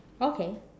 okay